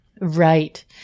Right